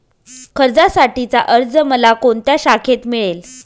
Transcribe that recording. कर्जासाठीचा अर्ज मला कोणत्या शाखेत मिळेल?